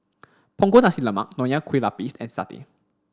Punggol Nasi Lemak Nonya Kueh Lapis and satay